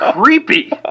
creepy